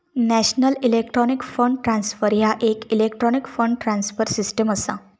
national electronic fund transfer ह्या येक electronic fund transfer system असा